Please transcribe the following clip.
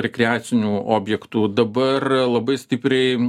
rekreacinių objektų dabar labai stipriai